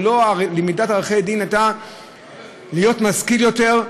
ולמידת עריכת דין הייתה כדי להשכיל יותר,